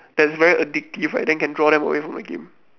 that is very addictive right then can draw them away from the game